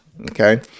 Okay